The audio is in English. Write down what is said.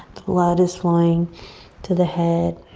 blood is flowing to the head.